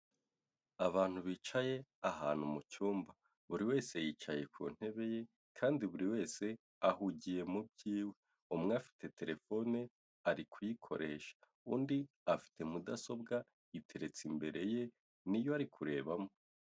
Abantu bicaye ahantu mu cyumba. Buri wese yicaye ku ntebe ye, kandi buri wese ahugiye mu by'iwe. Umwe afite telefone, ari kuyikoresha. Undi afite mudasobwa iteretse imbere ye, ni yo ari kurebamo.